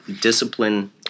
discipline